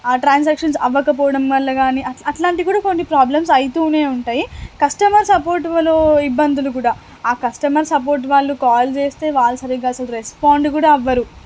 transactions అవ్వకపోవడం వల్ల గానీ అట్లాంటివి కూడా కొన్ని ప్రాబ్లమ్స్ అయితూనే ఉంటాయి కస్టమర్ సపోర్టోళ్ళు ఇబ్బందులు కూడా ఆ కస్టమర్ సపోర్ట్ వాళ్ళు కాల్ చేస్తే వాళ్ళు సరిగా అసలు రెస్పాండ్ కూడా అవ్వరు